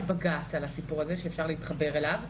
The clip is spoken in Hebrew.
יש בג"צ על העניין הזה שאפשר להתחבר אליו,